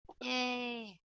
Yay